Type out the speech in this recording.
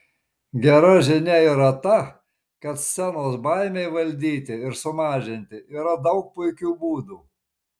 gera žinia yra ta kad scenos baimei valdyti ir sumažinti yra daug puikių būdų